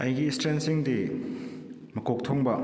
ꯑꯩꯒꯤ ꯁ꯭ꯇ꯭ꯔꯦꯡꯁꯤꯡꯗꯤ ꯃꯀꯣꯛ ꯊꯣꯡꯕ